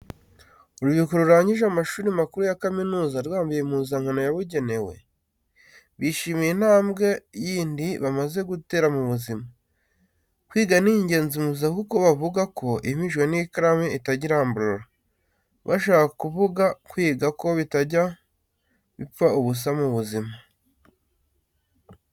Urubyiruko rurangije amashuri makuru ya kaminuza rwambaye impuzankano yabugenewe, bishimiye intambwe yindi bamaze gutera mu buzima. Kwiga ni ingenzi mu buzima kuko bavuga ko iyimijwe n'ikaramu itajya iramburura, bashaka kuvuga kwiga ko bitajya bipfa ubusa mu buzima.